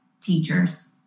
teachers